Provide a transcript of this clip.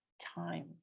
time